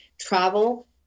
travel